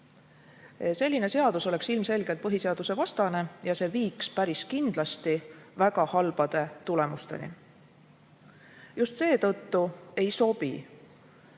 Selline seadus oleks ilmselgelt põhiseadusevastane ja viiks kindlasti väga halbade tulemusteni. Just seetõttu ei sobi